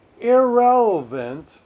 irrelevant